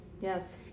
Yes